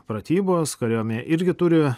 pratybos kariuomenė irgi turi